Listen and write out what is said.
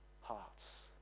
hearts